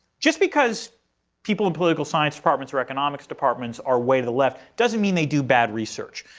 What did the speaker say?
just because people in political science departments or economics departments are way to the left doesn't mean they do bad research.